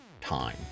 time